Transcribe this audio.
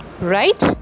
right